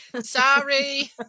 sorry